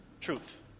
Truth